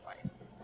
twice